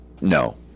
No